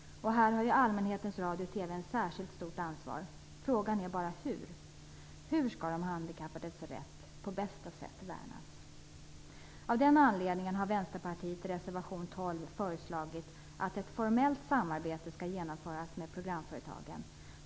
Här har ju allmänhetens radio och TV ett särskilt stort ansvar. Frågan är bara hur. Hur skall de handikappades rätt värnas på bästa sätt? Av den anledningen har Vänsterpartiet i reservation 12 föreslagit att ett formellt samarbete skall genomföras med programföretagen.